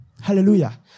Hallelujah